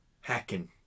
hacking